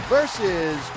Versus